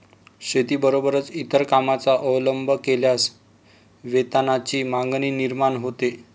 शेतीबरोबरच इतर कामांचा अवलंब केल्यास वेतनाची मागणी निर्माण होते